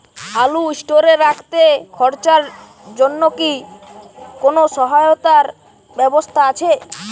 আলু স্টোরে রাখতে খরচার জন্যকি কোন সহায়তার ব্যবস্থা আছে?